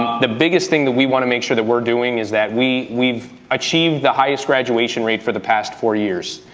the biggest thing that we want to make sure that we're doing is that we we've achieved the highest graduation rate, for the past four years,